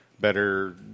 better